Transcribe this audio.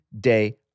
day